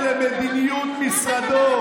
למה לא לחכות להקמת הממשלה,